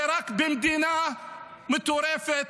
רק במדינה מטורפת,